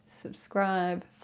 subscribe